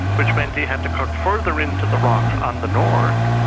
which meant he had to cut further into the rock on the north,